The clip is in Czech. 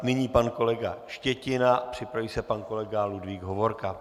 Nyní pan kolega Štětina, připraví se pan kolega Ludvík Hovorka.